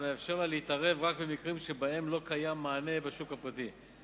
המאפשר לה להתערב רק במקרים שבהם לא קיים מענה בשוק הפרטי.